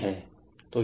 है तो यह